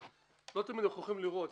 לא תמיד אנחנו יכולים לראות,